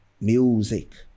music